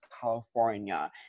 California